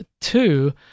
Two